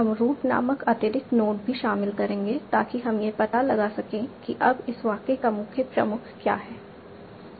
हम रूट नामक अतिरिक्त नोड भी शामिल करेंगे ताकि हम यह पता लगा सकें कि अब इस वाक्य का मुख्य प्रमुख क्या है